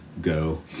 go